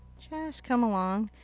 just come along.